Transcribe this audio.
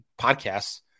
podcasts